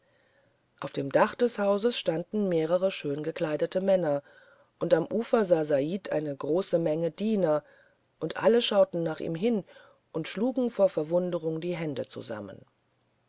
auf dem dach des hauses standen mehrere schön gekleidete männer und am ufer sah said eine große menge diener und alle schauten nach ihm und schlugen vor verwunderung die hände zusammen